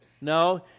No